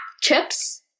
chips